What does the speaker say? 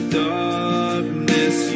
darkness